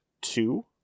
two